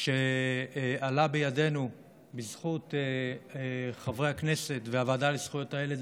שעלה בידינו לקדם בזכות חברי הכנסת והוועדה לזכויות הילד,